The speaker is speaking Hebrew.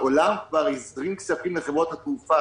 העולם כבר הזרים כספים לחברות התעופה.